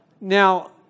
now